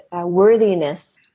worthiness